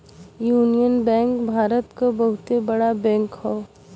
union Bank Bharat क बहुते बड़ा बैंक हौ